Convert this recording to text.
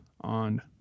on